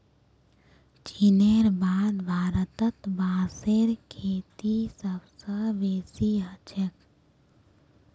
चीनेर बाद भारतत बांसेर खेती सबस बेसी ह छेक